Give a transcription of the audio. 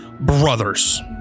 brothers